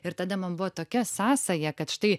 ir tada man buvo tokia sąsaja kad štai